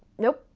nope,